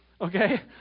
okay